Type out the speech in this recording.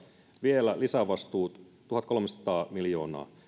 vielä lisävastuut tuhatkolmesataa miljoonaa